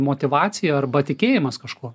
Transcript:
motyvacija arba tikėjimas kažkuo